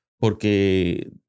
porque